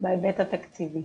בהיבט התקציבי?